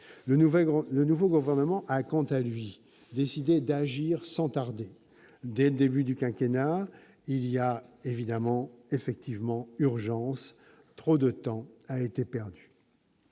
Le nouveau gouvernement a, quant à lui, décidé d'agir sans tarder, dès le début du quinquennat. Il y a effectivement urgence. Trop de temps a été perdu.